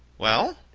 well?